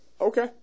Okay